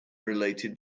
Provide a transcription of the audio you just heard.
related